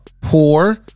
poor